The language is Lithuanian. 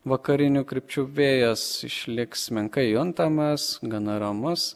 vakarinių krypčių vėjas išliks menkai juntamas gana ramus